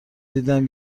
دیدم